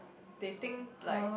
they think like